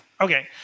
okay